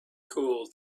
cooled